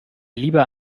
lieber